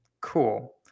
cool